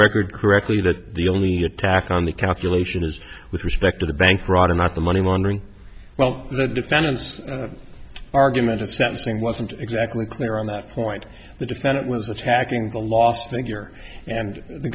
record correctly that the only attack on the calculation is with respect to the bank fraud or not the money laundering well the defendants argument of sentencing wasn't exactly clear on that point the defendant was attacking the last thing here and the